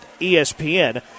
ESPN